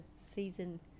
season